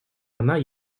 она